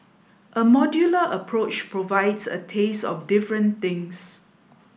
a modular approach provides a taste of different things